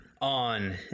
On